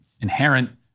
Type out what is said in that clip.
inherent